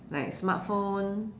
like smartphone